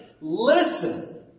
Listen